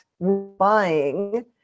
buying